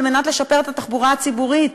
על מנת לשפר את התחבורה הציבורית.